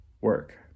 work